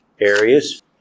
areas